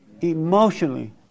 emotionally